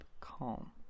calm